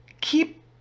keep